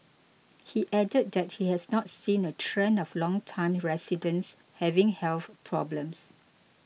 he added that he has not seen a trend of longtime residents having health problems